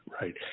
Right